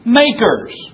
makers